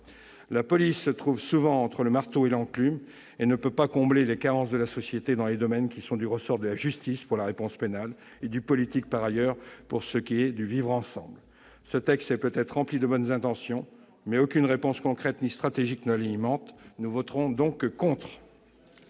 La police se trouve souvent entre le marteau et l'enclume et ne peut pas combler les carences de la société dans les domaines qui sont du ressort de la justice pour la réponse pénale et du politique pour ce qui est du vivre ensemble. Ce texte est peut-être rempli de bonnes intentions, mais aucune réponse concrète ni stratégique ne l'alimente. Nous voterons donc contre.